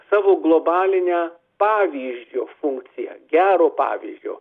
savo globalinę pavyzdžio funkciją gero pavyzdžio